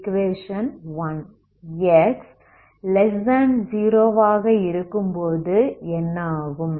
1 x0 ஆக இருக்கும்போது என்ன ஆகும்